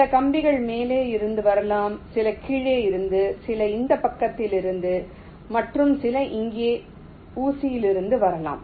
சில கம்பிகள் மேலே இருந்து வரலாம் சில கீழே இருந்து சில இந்த பக்கத்திலிருந்து மற்றும் சில இங்கே ஊசிகளிலிருந்து வரலாம்